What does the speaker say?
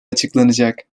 açıklanacak